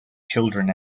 children